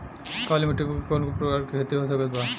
काली मिट्टी पर कौन कौन प्रकार के खेती हो सकत बा?